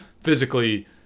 physically